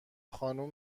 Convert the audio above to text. خانوم